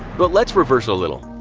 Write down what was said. but let's reverse a little.